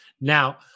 Now